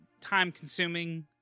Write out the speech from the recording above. time-consuming